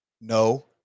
No